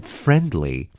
friendly